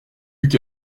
week